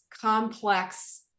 complex